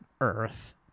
earth